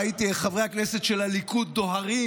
ראיתי איך חברי הכנסת של הליכוד דוהרים